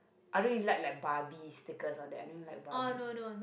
I don't really like like barbie stickers all that I don't really like barbie